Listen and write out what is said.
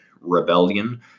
Rebellion